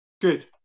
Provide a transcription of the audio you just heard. Good